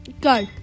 Go